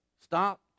Stop